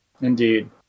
Indeed